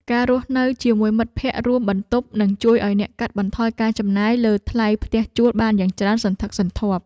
ការរស់នៅជាមួយមិត្តភក្តិរួមបន្ទប់នឹងជួយឱ្យអ្នកកាត់បន្ថយការចំណាយលើថ្លៃផ្ទះជួលបានយ៉ាងច្រើនសន្ធឹកសន្ធាប់។